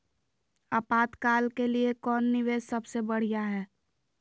आपातकाल के लिए कौन निवेस सबसे बढ़िया है?